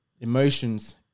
emotions